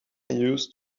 used